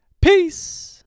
Peace